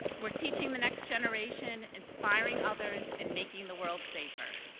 we're teaching the next generation, inspiring others, and making the world safer.